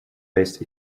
based